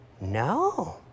No